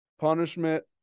punishment